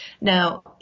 Now